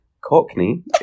cockney